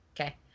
okay